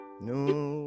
No